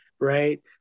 Right